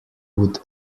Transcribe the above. would